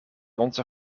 onze